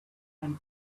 and